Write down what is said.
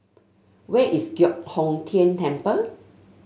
where is Giok Hong Tian Temple